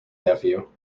nephew